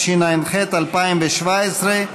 התשע"ח 2017,